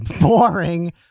boring